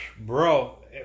Bro